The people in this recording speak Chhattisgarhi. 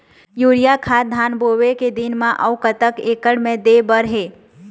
यूरिया खाद धान बोवे के दिन म अऊ कतक एकड़ मे दे बर हे?